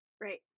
Right